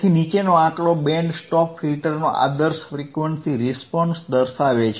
તેથી નીચેનો આંકડો બેન્ડ સ્ટોપ ફિલ્ટરનો આદર્શ ફ્રીક્વન્સી રીસ્પોન્સ દર્શાવે છે